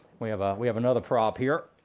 we have ah we have another prop here.